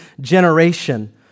generation